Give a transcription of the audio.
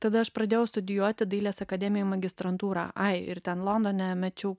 tada aš pradėjau studijuoti dailės akademijoj magistrantūrą ai ir ten londone mečiau